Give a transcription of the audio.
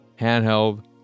handheld